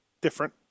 different